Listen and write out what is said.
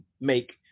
make